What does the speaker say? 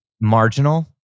marginal